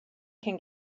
can